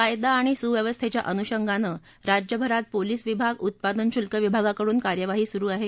कायदा आणि सुव्यवस्थेच्या अनुषंगानं राज्यभरात पोलीस विभाग उत्पादन शुल्क विभागाकडून कार्यवाही सुरू आहे